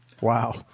Wow